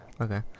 Okay